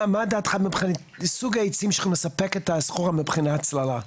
מה דעתך מבחינת סוג העצים שמספק את הסחורה מבחינת ההצללה.